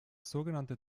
sogenannte